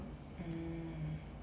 mm